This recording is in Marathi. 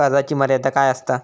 कर्जाची मर्यादा काय असता?